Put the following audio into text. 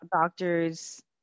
doctors